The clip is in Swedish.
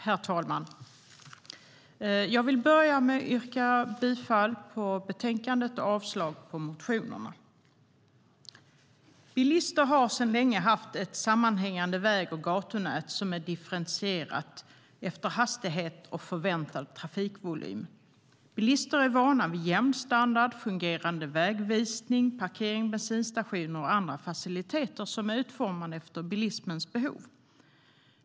Herr talman! Jag vill börja med att yrka bifall till utskottets förslag och avslag på motionerna. Bilister har länge haft ett sammanhängande väg och gatunät som är differentierat efter hastighet och förväntad trafikvolym. De är vana vid en jämn standard, fungerande vägvisning, parkering, bensinstationer och andra faciliteter som är utformade efter bilismens behov.